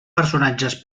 personatges